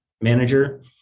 manager